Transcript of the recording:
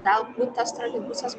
galbūt tas troleibusas